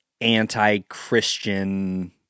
anti-Christian